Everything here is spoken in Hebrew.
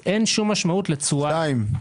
שתיים,